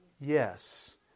Yes